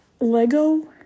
Lego